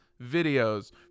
videos